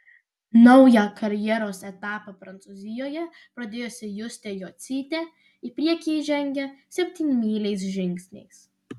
naują karjeros etapą prancūzijoje pradėjusi justė jocytė į priekį žengia septynmyliais žingsniais